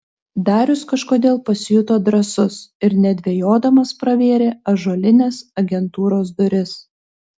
darius kažkodėl pasijuto drąsus ir nedvejodamas pravėrė ąžuolines agentūros duris